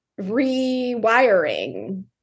rewiring